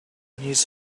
his